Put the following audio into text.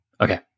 Okay